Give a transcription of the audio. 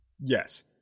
Yes